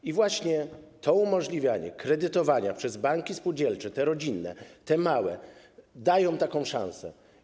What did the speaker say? I właśnie umożliwianie kredytowania przez banki spółdzielcze, te rodzime, te małe, daje taką szansę.